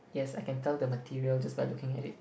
yes I can tell the material just by looking at it